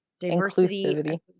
Diversity